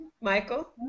Michael